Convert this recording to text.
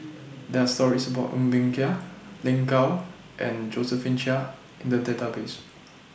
There Are stories about Ng Bee Kia Lin Gao and Josephine Chia in The Database